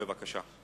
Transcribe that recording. בבקשה.